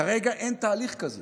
כרגע אין תהליך כזה